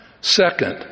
Second